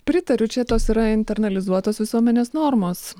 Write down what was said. pritariu čia tos yra internalizuotos visuomenės normos